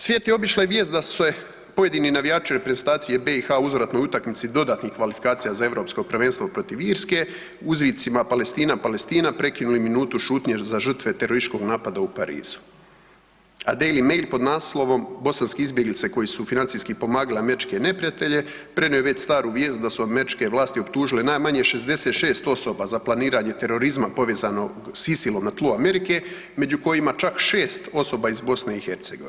Svijet je obišla i vijest da su se pojedini navijači reprezentacije BiH u uzvratnoj utakmici dodatnih kvalifikacija za EP protiv Irske uzvicima „Palestina, Palestina“ prekinuli minutu šutnje za žrtve terorističkog napada u Parizu, a Daily Mail pod naslovom, Bosanski izbjeglice koji su financijski pomagali američke neprijatelje prenio je već staru vijest da su američke vlasti optužile najmanje 66 osoba za planiranje terorizma povezano s ISIL-om na tlu Amerike, među kojima čak 6 osoba iz BiH.